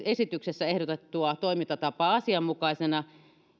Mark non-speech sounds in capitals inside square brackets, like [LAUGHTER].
[UNINTELLIGIBLE] esityksessä ehdotettua toimintatapaa asianmukaisena